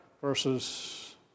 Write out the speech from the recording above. Versus